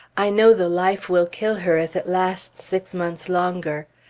i know the life will kill her if it lasts six months longer.